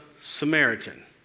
Samaritan